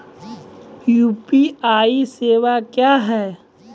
UPI सेवा क्या हैं?